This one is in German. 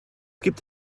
gibt